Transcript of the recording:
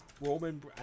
Roman